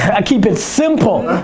i keep it simple.